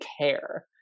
care